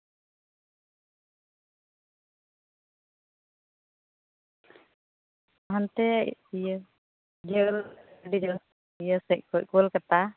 ᱦᱟᱱᱛᱮ ᱤᱭᱟᱹ ᱤᱭᱟᱹ ᱟᱹᱰᱤ ᱡᱷᱟᱹᱞ ᱤᱭᱟᱹ ᱥᱮᱡ ᱠᱷᱚᱡ ᱠᱳᱞᱠᱟᱛᱟ